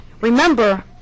remember